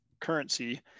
currency